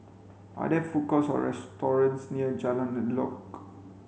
are there food courts or restaurants near Jalan Elok